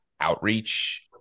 outreach